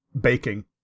baking